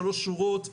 שלוש שורות,